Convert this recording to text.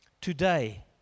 today